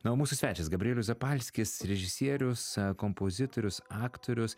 na o mūsų svečias gabrielius zapalskis režisierius kompozitorius aktorius